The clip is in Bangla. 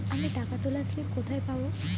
আমি টাকা তোলার স্লিপ কোথায় পাবো?